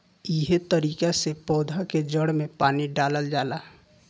एहे तरिका से पौधा के जड़ में पानी डालल जाला